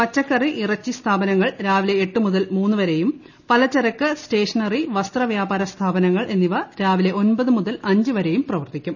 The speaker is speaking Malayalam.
പച്ചക്കറി ഇറച്ചി സ്ഥാപനങ്ങൾ രാവിലെ എട്ട് മുതൽ മൂന്ന് വരെയും പലചരക്ക് സ്റ്റേഷനറി വസ്ത്രവ്യാപാര സ്ഥാപനങ്ങൾ എന്നിവ രാവിലെ ഒൻപത് മുതൽ അഞ്ച് വരെയും പ്രവർത്തിക്കും